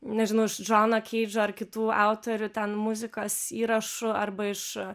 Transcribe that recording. nežinau iš džono keidžo ar kitų autorių ten muzikos įrašų arba iš